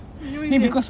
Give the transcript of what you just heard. you know you